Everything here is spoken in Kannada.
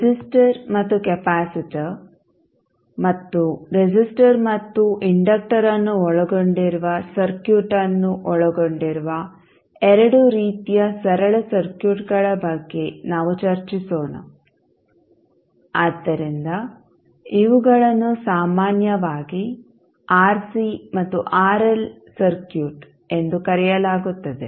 ರೆಸಿಸ್ಟರ್ ಮತ್ತು ಕೆಪಾಸಿಟರ್ ಮತ್ತು ರೆಸಿಸ್ಟರ್ ಮತ್ತು ಇಂಡಕ್ಟರ್ ಅನ್ನು ಒಳಗೊಂಡಿರುವ ಸರ್ಕ್ಯೂಟ್ ಅನ್ನು ಒಳಗೊಂಡಿರುವ ಎರಡು ರೀತಿಯ ಸರಳ ಸರ್ಕ್ಯೂಟ್ಗಳ ಬಗ್ಗೆ ನಾವು ಚರ್ಚಿಸೋಣ ಆದ್ದರಿಂದ ಇವುಗಳನ್ನು ಸಾಮಾನ್ಯವಾಗಿ ಆರ್ಸಿ ಮತ್ತು ಆರ್ಎಲ್ ಸರ್ಕ್ಯೂಟ್ ಎಂದು ಕರೆಯಲಾಗುತ್ತದೆ